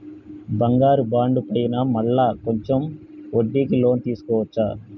బంగారు బాండు పైన మళ్ళా కొంచెం వడ్డీకి లోన్ తీసుకోవచ్చా?